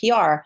PR